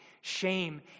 shame